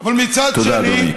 תודה, אדוני.